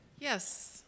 Yes